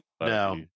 no